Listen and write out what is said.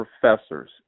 professors